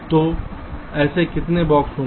तो ऐसे कितने बॉक्स होंगे